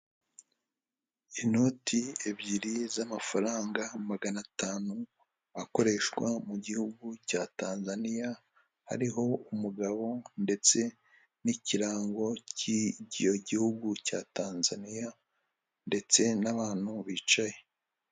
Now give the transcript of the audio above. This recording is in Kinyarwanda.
Inoti ebyiri z'amafaranga magana atanu akoreshwa mu gihugu cya tanzania, hariho umugabo ndetse n'ikirango cy'icyo gihugu cya Tanzania ndetse n'abantu bicaye.